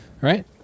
Right